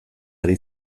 ari